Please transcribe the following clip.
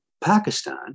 Pakistan